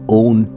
own